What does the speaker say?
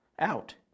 out